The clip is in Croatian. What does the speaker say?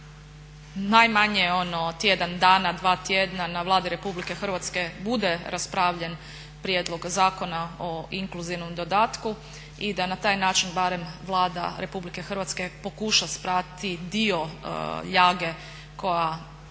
najmanje ono tjedan dana, dva tjedna na Vladi RH bude raspravljen prijedlog Zakona o inkluzivnom dodatku i da na taj način barem Vlada Republike Hrvatske pokuša sprati dio ljage kojim